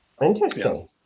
interesting